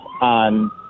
on